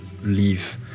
leave